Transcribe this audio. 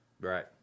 Right